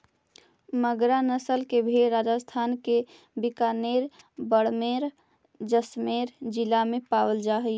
मगरा नस्ल के भेंड़ राजस्थान के बीकानेर, बाड़मेर, जैसलमेर जिला में पावल जा हइ